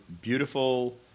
beautiful